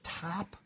top